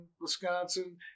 Wisconsin